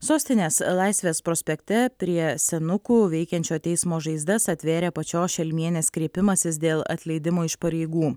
sostinės laisvės prospekte prie senukų veikiančio teismo žaizdas atvėrė pačios šelmienės kreipimasis dėl atleidimo iš pareigų